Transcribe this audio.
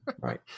Right